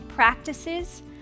Practices